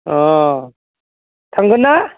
अ थांगोन ना